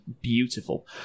beautiful